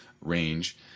range